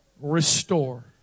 restore